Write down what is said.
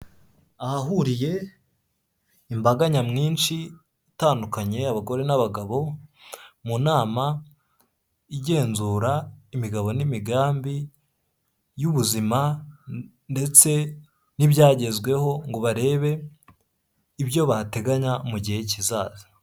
Ahahuriye imbaga nyamwinshi itandukanye abagore n'abagabo, mu nama igenzura imigabo n'imigambi y'ubuzima ndetse n'ibyagezweho ngo barebe ibyo bateganya mu gihe kizaza.